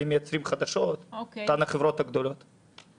האם אותן החברות הגדולות מייצרות חדשות?